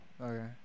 Okay